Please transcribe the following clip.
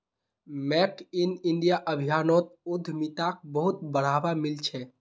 make in India अभियानोत उद्यमिताक बहुत बढ़ावा मिल छ